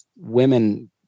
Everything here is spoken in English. women